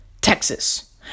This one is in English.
Texas